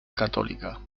católica